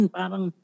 parang